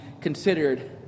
considered